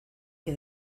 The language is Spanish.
que